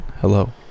hello